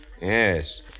Yes